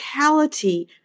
physicality